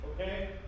okay